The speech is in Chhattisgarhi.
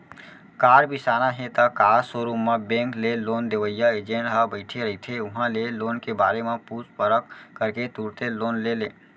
कार बिसाना हे त कार सोरूम म बेंक ले लोन देवइया एजेंट ह बइठे रहिथे उहां ले लोन के बारे म पूछ परख करके तुरते लोन ले ले